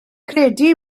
credu